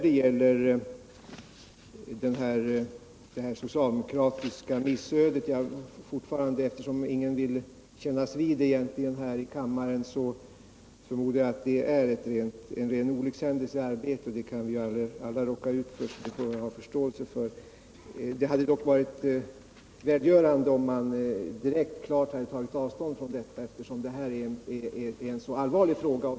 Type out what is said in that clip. Eftersom ingen här i kammaren vill kännas vid vad jag kallade det socialdemokratiska missödet, förmodar jag att det är en ren olyckshändelse i Nr 98 arbetet, och det kan vi ju alla råka ut för — det får man ha förståelse för. Det Torsdagen den hade dock varit välgörande om man direkt klart hade tagit avstånd från detta, 16 mars 1978 eftersom det här är en så allvarlig fråga.